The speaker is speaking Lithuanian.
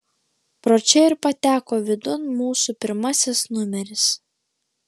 pro čia ir pateko vidun mūsų pirmasis numeris